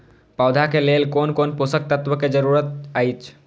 पौधा के लेल कोन कोन पोषक तत्व के जरूरत अइछ?